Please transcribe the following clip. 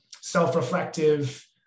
self-reflective